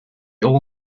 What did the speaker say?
all